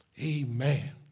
Amen